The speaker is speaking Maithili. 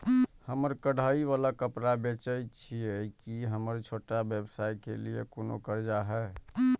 हम कढ़ाई वाला कपड़ा बेचय छिये, की हमर छोटा व्यवसाय के लिये कोनो कर्जा है?